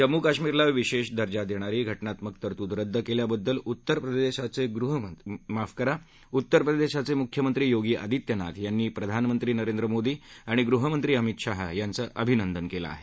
जम्मू कश्मीरला विशेष दर्जा देणारी घटनात्मक तरतूद रद्द केल्याबद्दल उत्तर प्रदेशाचे मुख्यमंत्री योगी आदित्यनाथ यांनी प्रधानमंत्री नरेंद्र मोदी आणि गृहमंत्री अमित शाह यांचं अभिनंदन केलं आहे